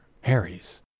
Harry's